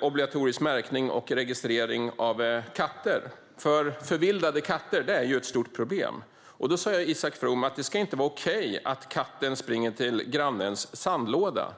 obligatorisk märkning och registrering av katter att det inte är okej att en katt springer till grannens sandlåda.